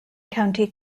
county